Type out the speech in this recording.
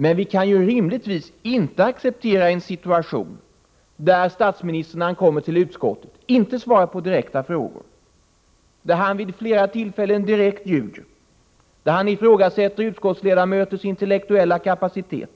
Men vi kan rimligtvis inte acceptera en situation, där statsministern när han kommer till utskottet inte svarar på direkta frågor, där han vid flera tillfällen direkt ljuger, där han ifrågasätter utskottsledamöters intellektuella kapacitet,